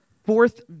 Fourth